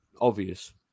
obvious